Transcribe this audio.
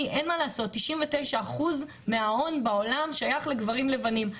אין מה לעשות, 99% מההון בעולם שייך לגברים לבנים.